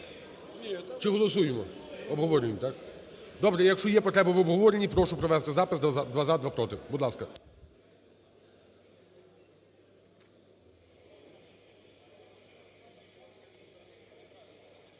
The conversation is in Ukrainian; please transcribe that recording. Чи голосуємо? Обговорюємо, так? Добре, якщо є потреба в обговоренні, прошу провести запис: два – за, два – проти. Будь ласка.